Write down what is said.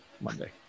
Monday